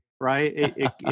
right